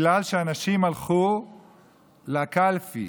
בברכה שהיושב-ראש השתמש בה אתמול למשמר הנכנס.